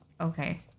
Okay